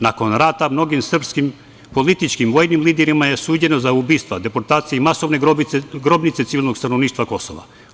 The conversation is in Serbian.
Nakon rata mnogim srpskim političkim i vojnim liderima je suđeno za ubistva, deportacije i masovne grobnice civilnog stanovništva Kosova.